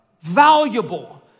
valuable